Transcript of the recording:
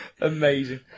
Amazing